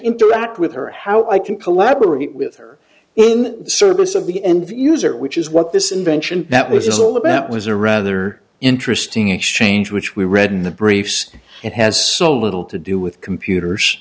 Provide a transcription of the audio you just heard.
interact with her how i can collaborate with her in service of the n v user which is what this invention that was all about was a rather interesting exchange which we read in the briefs it has so little to do with computers